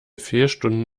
fehlstunden